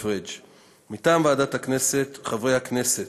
היושב-ראש, חברי הכנסת,